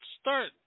start